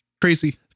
Crazy